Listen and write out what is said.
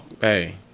Hey